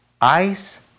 Ice